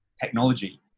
technology